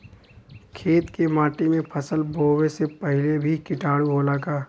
खेत के माटी मे फसल बोवे से पहिले भी किटाणु होला का?